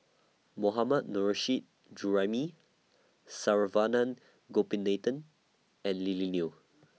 Mohammad Nurrasyid Juraimi Saravanan Gopinathan and Lily Neo